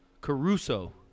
Caruso